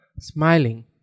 Smiling